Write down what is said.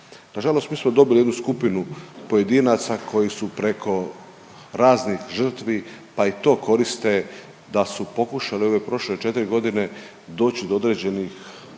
Nažalost mi smo dobili jednu skupinu pojedinaca koji su preko raznih žrtvi, pa i to koriste da su pokušali u ove prošle 4.g. doći do određenih